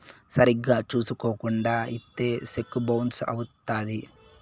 సరిగ్గా చూసుకోకుండా ఇత్తే సెక్కు బౌన్స్ అవుత్తది